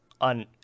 on